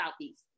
Southeast